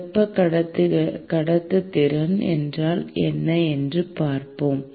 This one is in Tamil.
வெப்ப கடத்துத்திறன் என்றால் என்ன என்று பார்ப்போம்